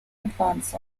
advance